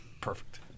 perfect